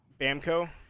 Bamco